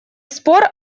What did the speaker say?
спор